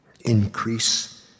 Increase